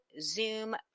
Zoom